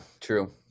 true